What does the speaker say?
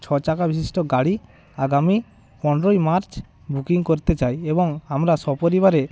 ছ চাকা বিশিষ্ট গাড়ি আগামী পনেরোই মার্চ বুকিং করতে চাই এবং আমরা সপরিবারে